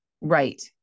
right